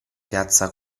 piazza